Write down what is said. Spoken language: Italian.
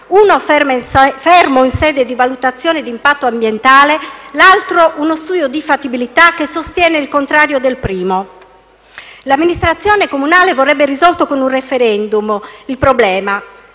uno è fermo in sede di valutazione di impatto ambientale, l'altro è uno studio di fattibilità che sostiene il contrario del primo. L'amministrazione comunale vorrebbe risolvere il problema